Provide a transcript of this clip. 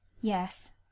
Yes